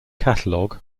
catalog